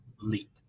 leap